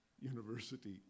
University